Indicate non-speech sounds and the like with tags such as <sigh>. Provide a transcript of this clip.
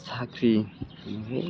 साख्रि <unintelligible>